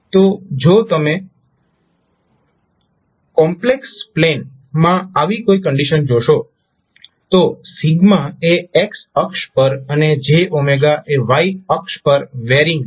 તો જો તમે કોમ્પ્લેક્સ પ્લેન માં આવી કોઈ કંડીશન જોશો તો એ x અક્ષ પર અને j એ y અક્ષ પર વેરીંગ છે